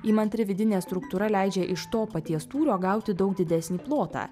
įmantri vidinė struktūra leidžia iš to paties tūrio gauti daug didesnį plotą